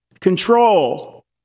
control